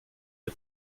der